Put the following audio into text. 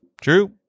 True